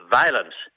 violence